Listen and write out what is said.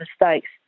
mistakes